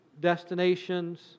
destinations